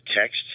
text